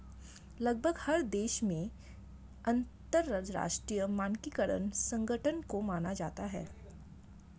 लगभग हर एक देश में अंतरराष्ट्रीय मानकीकरण संगठन को माना जाता है